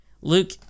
Luke